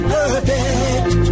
perfect